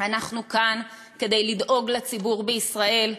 אנחנו כאן כדי לדאוג לציבור בישראל.